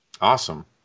Awesome